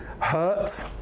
hurt